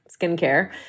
skincare